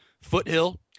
Foothill